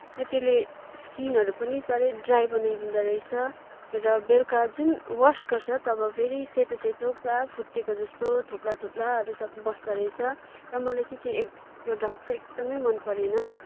र त्यसले स्किनहरू पनि साह्रै ड्राई बनाइदिँदो रहेछ र बेलुका जुन वास गर्छ तब फेरि सेतो सेतो पुरा फुटेको जस्तो थोप्ला थोप्ला सब बस्दो रहेछ र मलाई चाहिँ त्यो ए प्रडक्ट चाहिँ एकदमै मन परेन